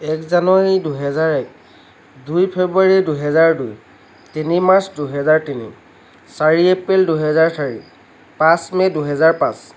এক জানুৱাৰী দুহেজাৰ এক দুই জানুৱাৰী দুহেজাৰ দুই তিনি মাৰ্চ দুহেজাৰ তিনি চাৰি এপ্ৰিল দুহেজাৰ চাৰি পাঁচ মে দুহেজাৰ পাঁচ